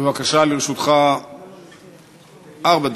בבקשה, לרשותך ארבע דקות.